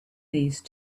these